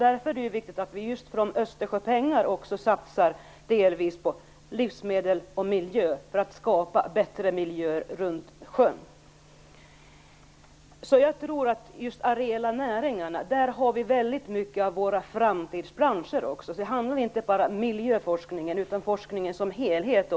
Därför är det viktigt att vi delvis satsar just Östersjöpengar på livsmedel och miljö för att skapa bättre miljöer runt sjön. Jag tror att vi har mycket av våra framtidsbranscher inom de areella näringarna. Det handlar inte bara om miljöforskning utan om forskningen som helhet.